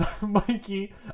mikey